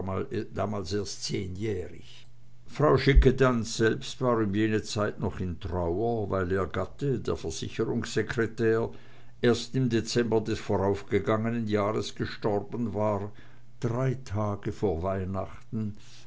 damals erst zehnjährig frau schickedanz selbst war um jene zeit noch in trauer weil ihr gatte der versicherungssekretär erst im dezember des voraufgegangenen jahres gestorben war drei tage vor weihnachten